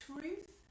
truth